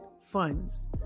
Funds